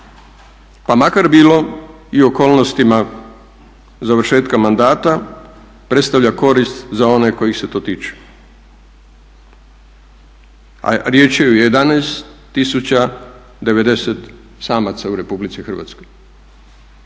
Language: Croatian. pa makar bilo i u okolnostima završetka mandata, predstavlja korist za one kojih se to tiče a riječ je o 11 tisuća 90 samaca u Republici Hrvatskoj.